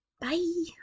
bye